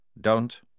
Don't